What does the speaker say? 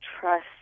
trust